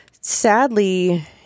Sadly